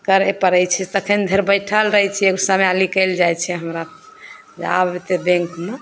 करै पड़ै छै तखन धरि बैठल रहै छिए समय निकलि जाइ छै हमरा आब अएतै बैँकमे